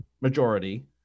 majority